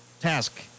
task